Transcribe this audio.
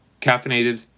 Caffeinated